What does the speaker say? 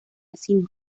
casino